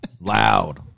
loud